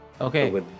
okay